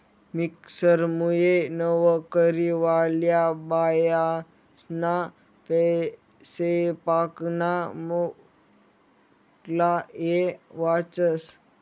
मिक्सरमुये नवकरीवाल्या बायास्ना सैपाकना मुक्ला येय वाचस